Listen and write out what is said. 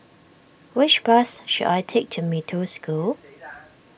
which bus should I take to Mee Toh School